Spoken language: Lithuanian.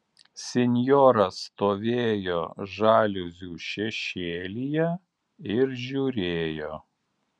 sinjora stovėjo žaliuzių šešėlyje ir žiūrėjo